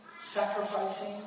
sacrificing